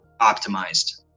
optimized